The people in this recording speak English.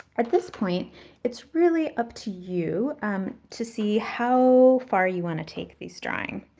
at this point it's really up to you um to see how far you want to take this drawing.